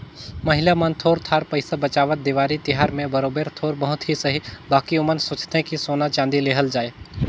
महिला मन थोर थार पइसा बंचावत, देवारी तिहार में बरोबेर थोर बहुत ही सही बकि ओमन सोंचथें कि सोना चाँदी लेहल जाए